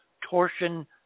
torsion